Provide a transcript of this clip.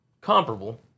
comparable